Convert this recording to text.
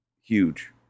huge